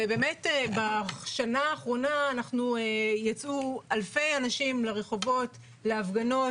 בשנה האחרונה יצאו אלפי אנשים לרחובות, להפגנות,